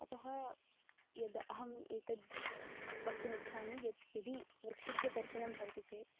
अतः यद् अहम् एतद् वक्तुमिच्छामि यत् यदि वृक्षस्य कर्तनं भवति चेत्